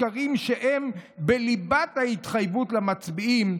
שקרים שהם 'בליבת' ההתחייבות למצביעים,